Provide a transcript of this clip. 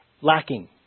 lacking